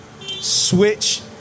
switch